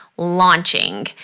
launching